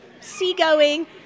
seagoing